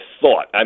thought